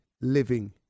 living